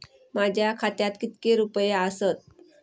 माझ्या खात्यात कितके रुपये आसत?